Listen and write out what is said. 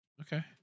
Okay